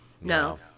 No